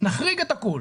נחריג את הכול.